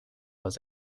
was